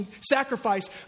sacrifice